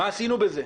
מה עשינו בזה?